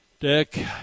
Dick